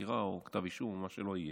החקירה או כתב אישום או מה שלא יהיה.